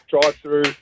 drive-through